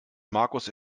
markus